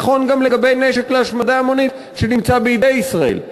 נכון גם לגבי נשק להשמדה המונית שנמצא בידי ישראל.